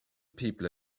people